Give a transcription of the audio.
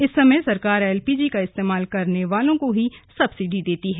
इस समय सरकार एलपीजी का इस्तेमाल करने वालों को ही सब्सिडी देती है